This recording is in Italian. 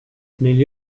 nelle